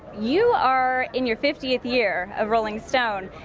you are in your fiftieth year of rolling stone.